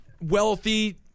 wealthy